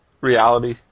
reality